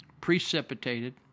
precipitated